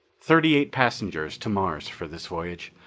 thirty-eight passengers to mars for this voyage,